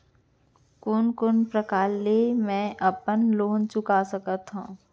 कोन कोन प्रकार ले मैं अपन लोन चुका सकत हँव?